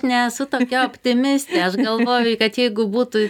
nesu tokia optimistė aš galvoju kad jeigu būtų